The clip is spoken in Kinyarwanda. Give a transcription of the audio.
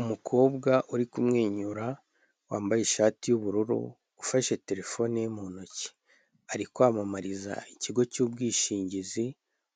Umukobwa uri ku mwenyura, wambaye ishati y'ubururu ufashe terefone ye mu ntoki ,ari kwamamariza ikigo cy'ubwishingizi